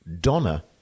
Donna